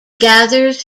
gathers